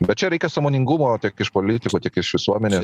bet čia reikia sąmoningumo tiek iš politikų tiek iš visuomenės